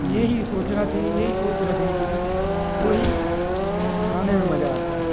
यही सोचना चाहिए यही सोच रखनी चाहिए तो ही खाने में मज़ा आता है